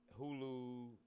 Hulu